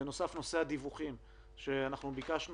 בנוסף, נושא הדיווחים שביקשנו.